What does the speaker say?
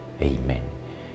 Amen